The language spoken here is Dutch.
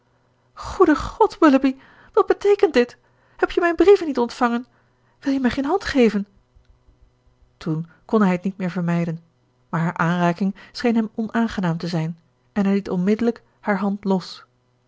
goede god willoughby wat beteekent dit heb je mijn brieven niet ontvangen wil je mij geen hand geven toen kon hij het niet meer vermijden maar hare aanraking scheen hem onaangenaam te zijn en hij liet onmiddellijk hare hand los